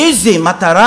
איזה מטרה,